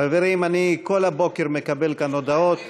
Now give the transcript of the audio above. חברים, כל הבוקר אני מקבל כאן הודעות